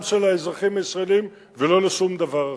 של האזרחים הישראלים ולא לשום דבר אחר.